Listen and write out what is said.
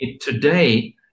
Today